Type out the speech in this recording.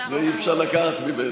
אי-אפשר לקחת ממנו.